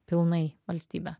pilnai valstybė